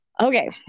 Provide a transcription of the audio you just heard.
Okay